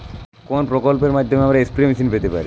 কোন প্রকল্পের মাধ্যমে আমরা স্প্রে মেশিন পেতে পারি?